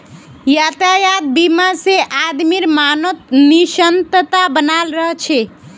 यातायात बीमा से आदमीर मनोत् निश्चिंतता बनाल रह छे